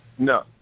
No